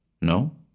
No